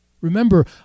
Remember